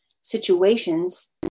situations